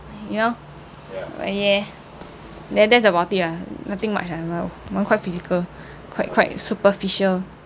you know yeah then that's about it lah nothing much ah my one my one quite physical quite quite superficial